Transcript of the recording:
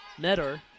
Netter